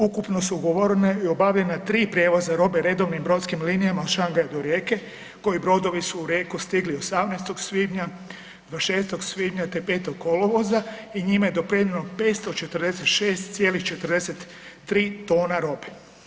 Ukupno su ugovorena i obavljena 3 prijevoza robe redovnim brodskim linijama od Shanghaia do Rijeke koji brodovi su u Rijeku stigli 18. svibnja, 26. svibnja te 5. kolovoza i njima je dopeljano 546,43 tona robe.